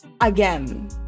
again